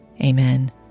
Amen